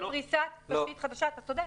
זאת פריסת תשתית חדשה.